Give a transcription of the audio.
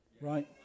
right